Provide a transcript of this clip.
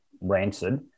rancid